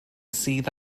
sydd